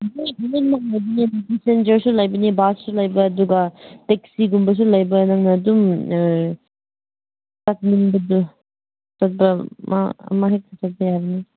ꯂꯣꯏ ꯂꯣꯏꯃꯛ ꯂꯩꯕꯅꯦ ꯄꯦꯁꯦꯟꯖꯔꯁꯨ ꯂꯩꯕꯅꯦ ꯕꯁꯁꯨ ꯂꯩꯕ ꯑꯗꯨꯒ ꯇꯦꯛꯁꯤꯒꯨꯝꯕꯁꯨ ꯂꯩꯕ ꯅꯪꯅ ꯑꯗꯨꯝ ꯆꯠꯅꯤꯡꯕꯗꯨ ꯆꯠꯄ ꯑꯃ ꯑꯃꯍꯦꯛꯇ ꯆꯠꯄ ꯌꯥꯒꯅꯤ